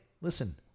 listen